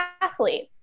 athlete